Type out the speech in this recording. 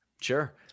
Sure